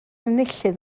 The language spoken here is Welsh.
enillydd